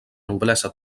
noblesa